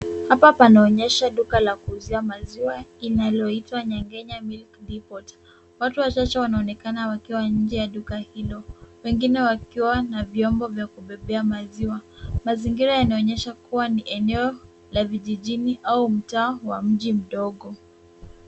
Hapa panaonyesha duka la kuuzia maziwa inaloitwa Nyangenya Mount Kenya Milk Depot. Watu wachache wanaonekana wakiwa nje ya duka hilo wengine wakiwa na vyombo vya kubebea maziwa. Mazingira yanaonyesha kuwa ni eneo la vijijini au mtaa wa mji mdogo.